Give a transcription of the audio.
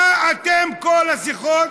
מה כל השיחות?